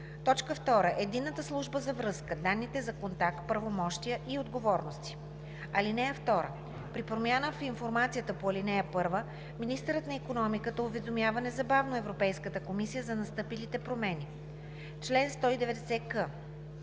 2. Единната служба за връзка – данните за контакт, правомощия и отговорности. (2) При промяна в информацията по ал. 1 министърът на икономиката уведомява незабавно Европейската комисия за настъпилите промени. Чл. 190к.